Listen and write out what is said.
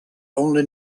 only